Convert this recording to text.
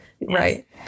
right